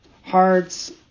hearts